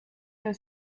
der